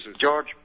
George